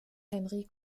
henry